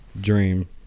Dream